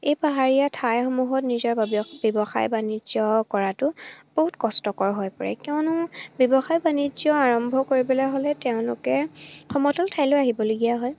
এই পাহাৰীয়া ঠাইসমূহত নিজৰ ব্যৱসায় বাণিজ্য কৰাটো বহুত কষ্টকৰ হৈ পৰে কিয়নো ব্যৱসায় বাণিজ্য আৰম্ভ কৰিবলৈ হ'লে তেওঁলোকে সমতল ঠাইলৈ আহিবলগীয়া হয়